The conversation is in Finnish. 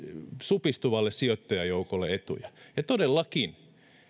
supistuvalle sijoittajajoukolle ja todellakin